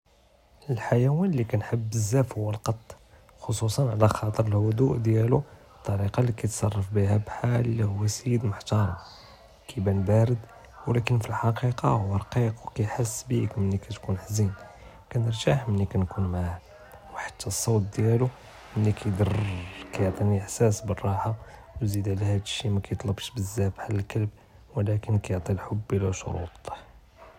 אלח'יואן אללי קנהב בזאף הוא אלקט, חוסוסן עלאכטר אלדהוא דיאלו ו אלטריקה אללי קיתסראף ביה מע כחאל לה הוא סיד מוחטרם, קיבאן בארד ולקין פי אלח'קיקה הוא רקיק, ו קיהס ביך מין קטכון חאזין, קנרתאה מין קנקון מעאה, ו חתא אלסוט דיאלו מין קידיר רררר קיעטיני אחשאס בלא רחה, ו זיד עלא האד השי מא קיתלבש בזאף כחאל אלכלב ולקין קיעט'י אלחב בלא ש'רוט.